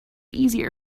easier